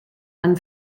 and